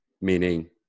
meaning